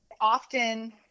often